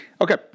Okay